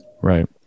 Right